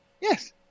Yes